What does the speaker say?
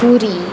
पुरी